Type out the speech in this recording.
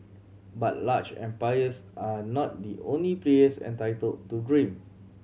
but large empires are not the only players entitled to dream